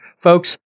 folks